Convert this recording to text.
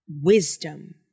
wisdom